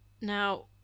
now